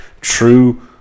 true